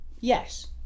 yes